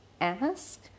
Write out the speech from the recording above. Ask